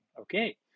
okay